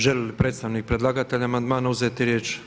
Želi li predstavnik predlagatelja amandman uzeti riječ?